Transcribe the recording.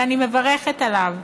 ואני מברכת עליו,